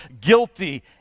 guilty